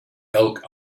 elk